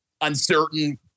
uncertain